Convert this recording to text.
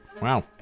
Wow